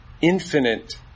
infinite